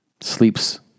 sleeps